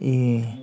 ए